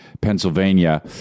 Pennsylvania